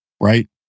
right